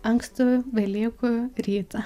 ankstų velykų rytą